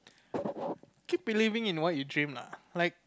keep believing in what you dream lah like